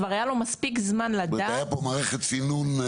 כבר היה לו מספיק זמן לדעת --- הייתה כאן מערכת סינון.